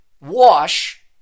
Wash